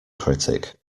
critic